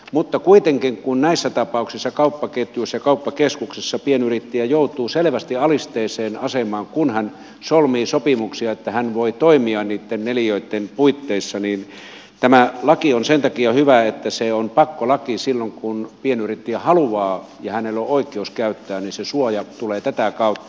mutta kuitenkin kun näissä tapauksissa kauppaketjuissa ja kauppakeskuksissa pienyrittäjä joutuu selvästi alisteiseen asemaan kun hän solmii sopimuksia että hän voi toimia niitten neliöitten puitteissa niin tämä laki on sen takia hyvä että se on pakkolaki silloin kun pienyrittäjä haluaa sen käyttää ja hänellä on oikeus käyttää joten se suoja tulee tätä kautta